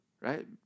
right